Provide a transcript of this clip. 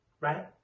Right